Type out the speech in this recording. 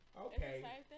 okay